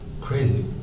Crazy